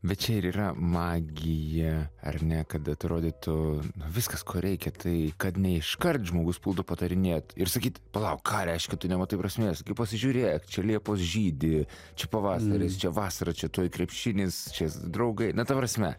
bet čia ir yra magija ar ne kad atrodytų viskas ko reikia tai kad ne iškart žmogus pultų patarinėt ir sakyt palauk ką reiškia tu nematai prasmės pasižiūrėk čia liepos žydi čia pavasaris vasara čia tuoj krepšinis čia draugai na ta prasme